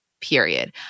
period